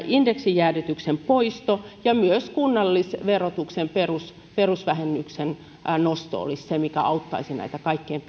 indeksijäädytyksen poisto ja myös kunnallisverotuksen perusvähennyksen nosto olisi se mikä auttaisi kaikkein